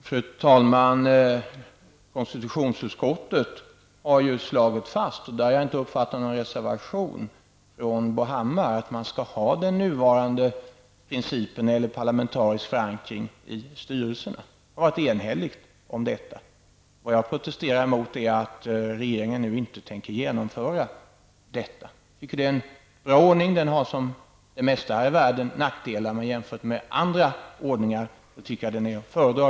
Fru talman! Konstitutionsutskottet har slagit fast, och där har jag inte uppfattat någon reservation från Bo Hammar, att den nuvarande principen om parlamentarisk förankring i styrelserna skall gälla. Utskottet har varit enhälligt i denna fråga. Vad jag protesterar mot är att regeringen nu inte tänker genomföra detta. Jag anser att det är en bra ordning. Den har som det mesta här i världen nackdelar, men jämfört med andra ordningar är den att föredra.